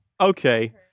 Okay